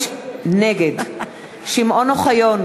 נגד שמעון אוחיון,